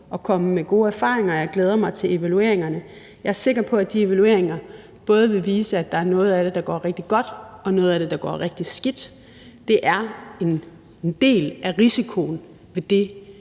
og komme med gode erfaringer. Jeg glæder mig til evalueringerne. Jeg er sikker på, at de evalueringer både vil vise, at der er noget af det, der går rigtig godt, og noget af det, der går rigtig skidt. Det er en del af risikoen ved det,